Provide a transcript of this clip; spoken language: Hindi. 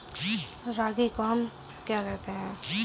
रागी को हम क्या कहते हैं?